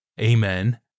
Amen